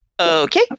Okay